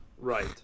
Right